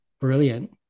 Brilliant